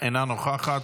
אינה נוכחת,